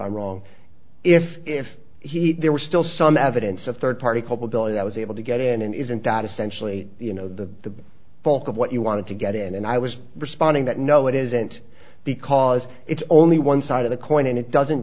i'm wrong if if he there was still some evidence of third party culpability i was able to get in and isn't that essentially the bulk of what you wanted to get in and i was responding that no it isn't because it's only one side of the coin and it doesn't